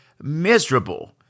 miserable